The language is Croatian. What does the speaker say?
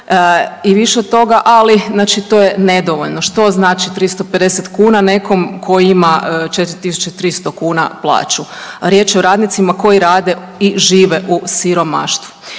i više od toga, ali to je nedovoljno. Što znači 350 kuna nekom ko ima 4.300 kuna plaću? Riječ je o radnicima koji rade i žive u siromaštvu.